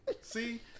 see